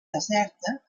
deserta